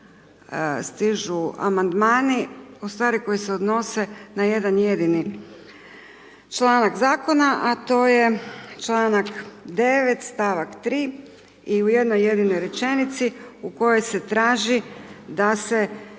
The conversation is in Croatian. stižu amandmani ustvari koji se odnose na jedan jedini članak zakona a to je članak 9. stavak 3. i u jednoj jedinoj rečenici u kojoj se traži da se